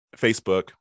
Facebook